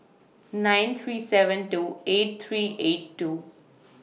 nine three seven two eight three eight two